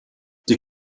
die